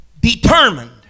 determined